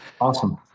awesome